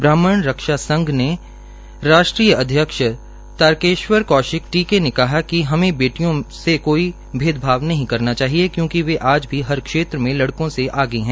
ब्राह्मण रक्षा संघ के राष्ट्रीय अध्यक्ष तारकेश्वर कौशिक टीके ने कहा कि हमें बेटियों में कोई भेदभाव नहीं करना चाहिए क्योंकि वे भी आज हर क्षेत्र में लड़कों से आगे हैं